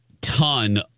ton